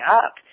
up